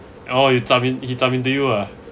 oh he jump in he jump into you ah